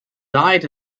died